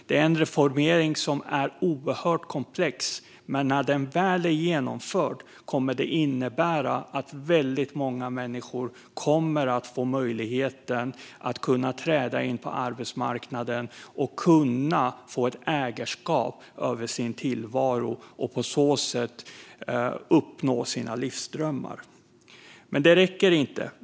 Det är en reformering som är oerhört komplex, men när den väl är genomförd kommer det att innebära att väldigt många människor kommer att få möjlighet att träda in på arbetsmarknaden, få ett ägarskap över sin tillvaro och på så sätt uppnå sina livsdrömmar. Men det räcker inte.